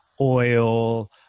oil